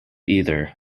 either